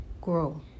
Grow